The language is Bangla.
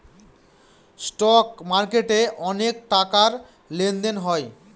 স্টক মার্কেটে অনেক টাকার লেনদেন হয়